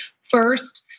First